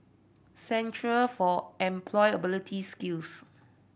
Centre for Employability Skills